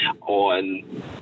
on